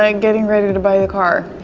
um getting ready to buy the car.